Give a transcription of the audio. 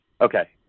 Okay